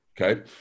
Okay